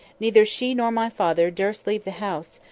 neither she nor my father durst leave the house,